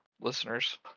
listeners